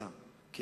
תקיפה עם